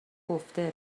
گفته